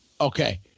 okay